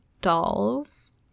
dolls